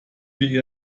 die